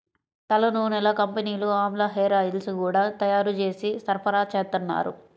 తలనూనెల కంపెనీలు ఆమ్లా హేరాయిల్స్ గూడా తయ్యారు జేసి సరఫరాచేత్తన్నారు